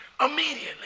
immediately